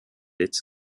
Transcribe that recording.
its